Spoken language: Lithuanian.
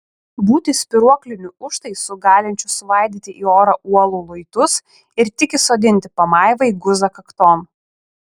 būti spyruokliniu užtaisu galinčiu svaidyti į orą uolų luitus ir tik įsodinti pamaivai guzą kakton